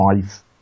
five